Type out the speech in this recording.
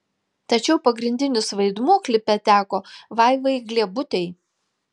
tačiau pagrindinis vaidmuo klipe teko vaivai gliebutei